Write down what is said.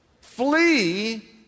flee